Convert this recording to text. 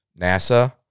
NASA